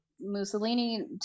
Mussolini